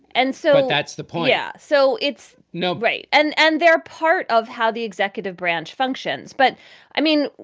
and so that's the point. yeah so it's no bright. and and they're part of how the executive branch functions. but i mean,